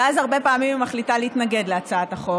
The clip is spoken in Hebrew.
ואז הרבה פעמים היא מחליטה להתנגד להצעת החוק.